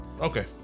Okay